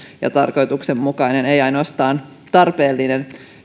ja tarkoituksenmukainen ei ainoastaan tarpeellinen